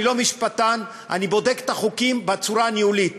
אני לא משפטן, אני בודק את החוקים בצורה הניהולית.